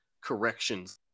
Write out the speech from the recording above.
corrections